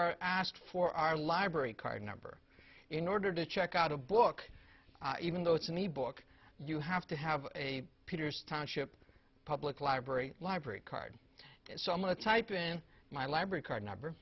are asked for our library card number in order to check out a book even though it's an e book you have to have a peters township public library library card and someone to type in my library card number